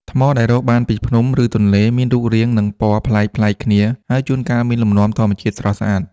ថ្មដែលរកបានពីភ្នំ ឬទន្លេ មានរូបរាង និងពណ៌ប្លែកៗគ្នា ហើយជួនកាលមានលំនាំធម្មជាតិស្រស់ស្អាត។